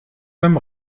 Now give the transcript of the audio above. beim